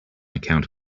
account